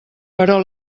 però